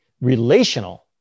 relational